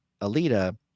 Alita